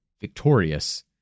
victorious